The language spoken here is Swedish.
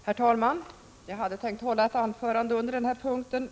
Herr talman! Jag hade tänkt hålla ett anförande under den här punkten.